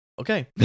okay